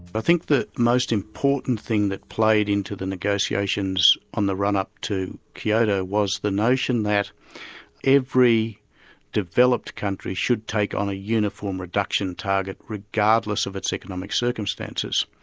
but think the most important thing that played into the negotiations on the run-up to kyoto was the notion that every developed country should take on a uniform reduction target regardless of its economic circumstances.